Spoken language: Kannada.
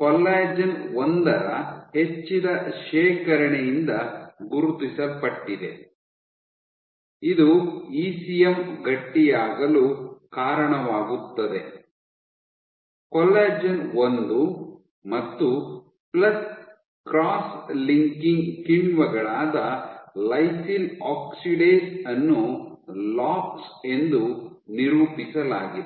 ಕೊಲ್ಲಾಜೆನ್ ಒಂದರ ಹೆಚ್ಚಿದ ಶೇಖರಣೆಯಿಂದ ಗುರುತಿಸಲ್ಪಟ್ಟಿದೆ ಇದು ಇಸಿಎಂ ಗಟ್ಟಿಯಾಗಲು ಕಾರಣವಾಗುತ್ತದೆ ಕೊಲ್ಲಾಜೆನ್ ಒಂದು ಮತ್ತು ಪ್ಲಸ್ ಕ್ರಾಸ್ ಲಿಂಕಿಂಗ್ ಕಿಣ್ವಗಳಾದ ಲೈಸಿಲ್ ಆಕ್ಸಿಡೇಸ್ ಅನ್ನು ಲಾಕ್ಸ್ ಎಂದು ನಿರೂಪಿಸಲಾಗಿದೆ